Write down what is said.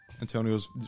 Antonio's